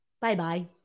Bye-bye